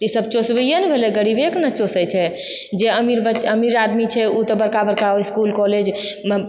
ई सब चुसबैये ने भेलै गरीबेके ने चुसैत छै जे अमीर अमीर आदमी छै ओ तऽ बड़का बड़का इसकुल कॉलेजमे